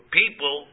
people